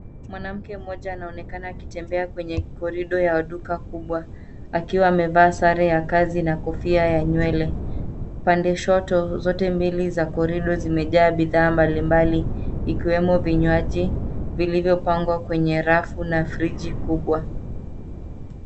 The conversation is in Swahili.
Mwanamke mmoja anaonekana akitembea kwenye corridor ya duka kubwa, akiwa amevaa sare ya kazi na kofia ya nywele. Pande shoto zote mbili za corridor zimejaa bidhaa mbalimbali, ikiwemo vinywaji vilivyopangwa kwenye rafu na friji kubwa.